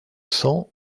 cents